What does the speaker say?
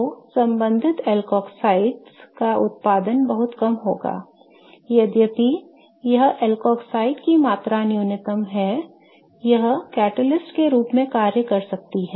तो संबंधित एल्कोक्साइड का उत्पादन बहुत कम होगा यद्यपि यह एल्कोक्साइड की मात्रा न्यूनतम है यह उत्प्रेरक के रूप में कार्य कर सकती है